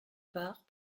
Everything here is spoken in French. part